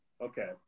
Okay